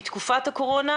בתקופת הקורונה,